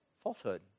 Falsehood